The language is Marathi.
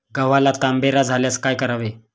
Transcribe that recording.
गव्हाला तांबेरा झाल्यास काय करावे?